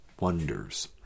wonders